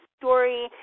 story